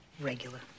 Regular